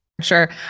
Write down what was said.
Sure